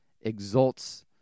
exalts